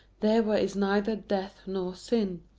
there where is neither death nor sin.